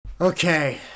Okay